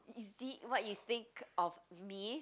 is it what you think of me